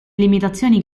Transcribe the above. limitazioni